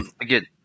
again